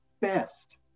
best